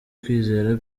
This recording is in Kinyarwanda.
kwizera